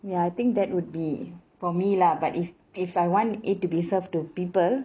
ya I think that would be for me lah but if if I want it to be served to people